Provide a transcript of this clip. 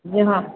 ହଁ